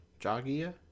Jogia